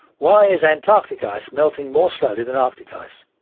why is antarctic ice melting more slowly than arctic ice?